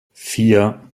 vier